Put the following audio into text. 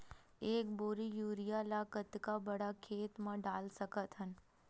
एक बोरी यूरिया ल कतका बड़ा खेत म डाल सकत हन?